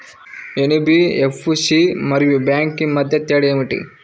NBFC మరియు bank మధ్య తేడా ఏమిటి?